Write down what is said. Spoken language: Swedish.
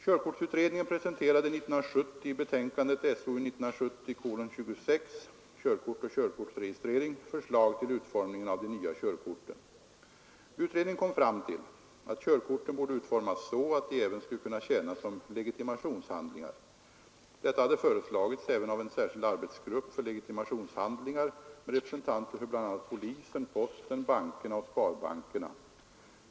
Körkortsutredningen presenterade år 1970 i betänkandet Körkort och körkortsregistrering förslag till utformningen av de nya körkorten. Utredningen kom fram till att körkorten borde utformas så att de även skulle kunna tjäna som legitimationshandlingar. Detta hade föreslagits även av en särskild arbetsgrupp för legitimationshandlingar med representanter för bl.a. polisen, posten, bankerna och sparbankerna.